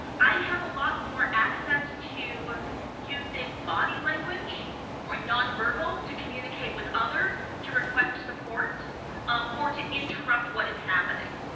i have a lot more access to using body language or non-verbals to communicate with others to request support um or to interrupt what is happening.